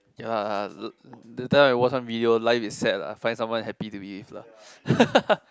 ya that time I watched some video life is sad lah find someone happy to be with lah